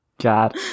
God